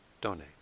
donate